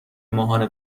ماهانه